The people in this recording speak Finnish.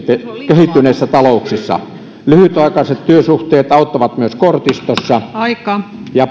kehittyneissä talouksissa lyhytaikaiset työsuhteet auttavat myös kortistossa ja